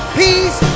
peace